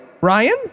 Ryan